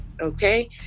okay